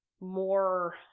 more